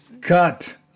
cut